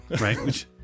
Right